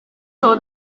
saw